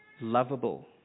lovable